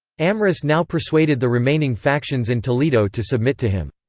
amrus now persuaded the remaining factions in toledo to submit to him.